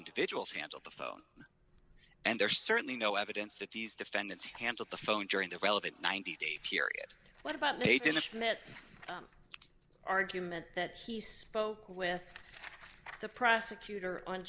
individuals handled the phone and there's certainly no evidence that these defendants handled the phone during the relevant ninety day period what about eight in the smith argument that he spoke with the prosecutor on